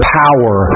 power